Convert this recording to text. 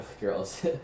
girls